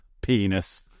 penis